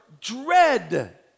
dread